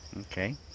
Okay